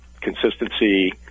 Consistency